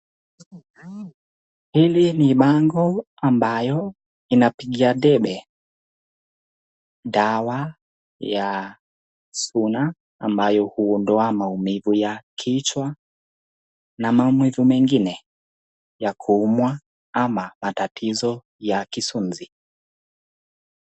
Hili ni bango ambayo inapiga debe dawa ya SUNNA ambayo huondoa maumivu ya kichwa na maumivu mengine ya kuumwa ama matatizo ya kusinzi.